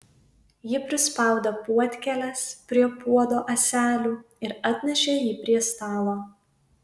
ji prispaudė puodkėles prie puodo ąselių ir atnešė jį prie stalo